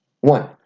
one